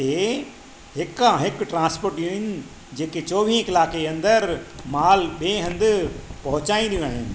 हिते हिकु खां हिकु ट्रांस्पॉटियूं आहिनि जेके चोवीह कलाक जे अंदरि मालु ॿिए हंधु पहुचाईंदियूं आहिनि